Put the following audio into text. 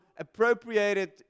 appropriated